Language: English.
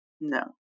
No